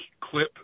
clip